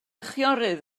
chwiorydd